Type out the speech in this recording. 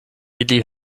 ili